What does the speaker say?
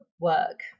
work